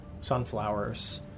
sunflowers